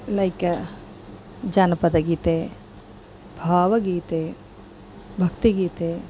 like ಜಾನಪದ ಗೀತೆ ಭಾವಗೀತೆ ಭಕ್ತಿಗೀತೆ